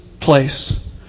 place